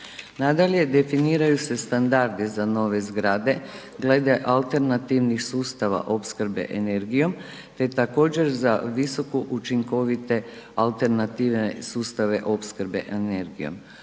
Nadalje, definiraju se standardi za nove zgrade glede alternativnih sustava opskrbe energijom, te također za visoku učinkovite alternative sustave opskrbe energijom.